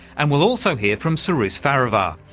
and we'll also hear from cyrus farivar,